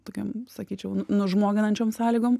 tokiam sakyčiau nužmoginančiom sąlygom